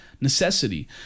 necessity